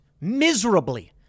miserably